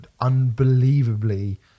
unbelievably